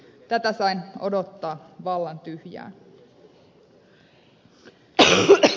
tätä sain odottaa vallan tyhjään